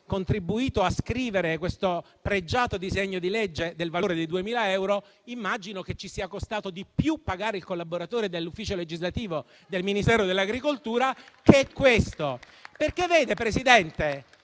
contribuito a scrivere questo pregiato disegno di legge del valore di 2.000 euro. Immagino che ci sia costato di più pagare il collaboratore dell'ufficio legislativo del Ministero dell'agricoltura. Signor Presidente,